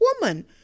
woman